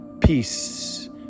Peace